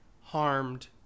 harmed